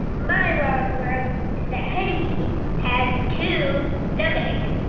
my wow in the world is that honeybees have two stomachs.